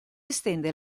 estende